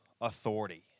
authority